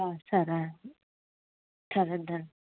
సరే అండి సరేను అండి